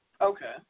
Okay